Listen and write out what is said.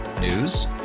News